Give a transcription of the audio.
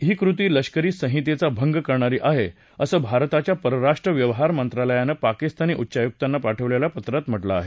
ही कृती लष्करी संहितेचा भंग करणारी आहे असं भारताच्या परराष्ट्र व्यवहार मंत्रालयानं पाकिस्तानी उच्चायुक्तांना पाठवलेल्या पत्रात म्हटलं आहे